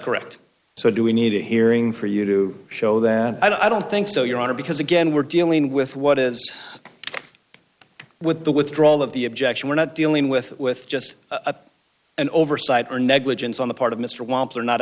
correct so do we need a hearing for you to show that i don't think so your honor because again we're dealing with what is with the withdrawal of the objection we're not dealing with with just an oversight or negligence on the part of mr wampler not